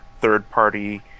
third-party